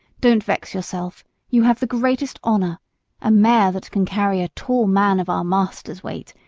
don't vex yourself you have the greatest honor a mare that can carry a tall man of our master's weight,